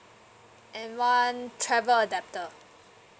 and one travel adapter